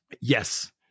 Yes